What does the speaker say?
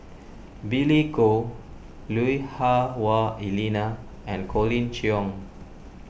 Billy Koh Lui Hah Wah Elena and Colin Cheong